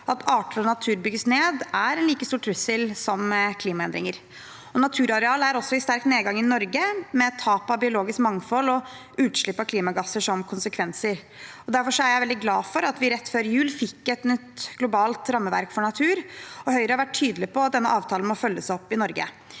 At arter og natur bygges ned, er en like stor trussel som klimaendringer. Naturareal er også i sterk nedgang i Norge, med tap av biologisk mangfold og utslipp av klimagasser som konsekvenser. Derfor er jeg veldig glad for at vi rett før jul fikk et nytt globalt rammeverk for natur. Høyre har vært tydelig på at denne avtalen må følges opp i Norge.